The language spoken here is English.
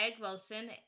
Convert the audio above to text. Wilson